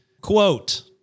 quote